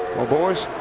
well, boys.